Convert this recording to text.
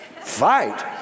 Fight